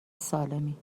سالمی